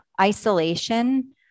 isolation